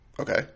Okay